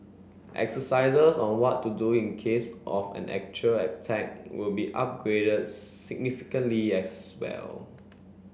exercises on what to do in case of an actual attack will be upgraded significantly as well